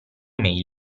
mail